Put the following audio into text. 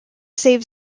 save